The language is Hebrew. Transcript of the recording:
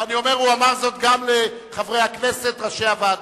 ואני אומר שהוא אמר זאת גם לחברי הכנסת ראשי הוועדות.